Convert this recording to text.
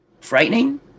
frightening